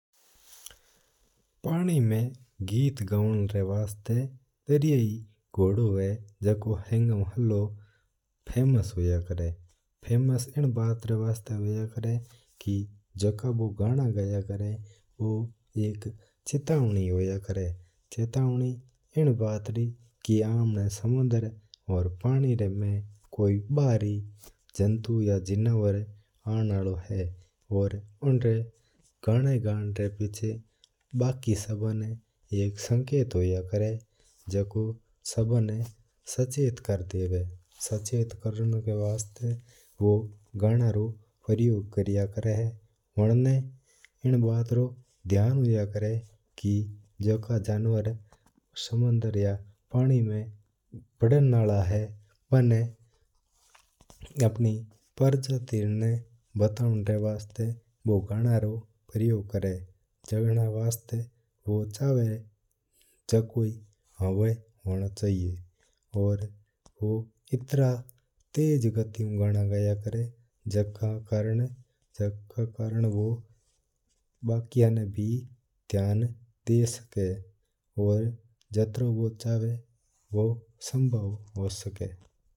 पाणी में गीत गावण वास्ता दरियाय घोड़ो हुवा बूँ हेंगा ऊ फेमस होया करां है। फेमस इन बात री वास्ता होया करां है कि जको बूँ गाना गाया कररा है वो एक चेतावनी होया करां है इन बात री। कि आपणा सामणा और पाणी री मैना कोई भारी जिणावर आणा आलो है और बाकी सब ना संकट होया करां है कि बूँ सब ना सचेत कर देवा है। बाँ गाना रू उपयोग कराया करां है वण ना इन बात रू ध्यान रिया करां है। कि जका जणावर समुद्र या पाणी में बड़णा आला है वणा आपणी प्रजाति ना बतावण वास्ता गाणा रू प्रयोग करां है। वो इत्र तेज गाना गाया करां कि बाकीया ना भी ध्यान पड़ जवा कि कोई दूजो आपणा री माटी आक्रमण करबा आ रियो है।